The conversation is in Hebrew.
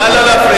נא לא להפריע.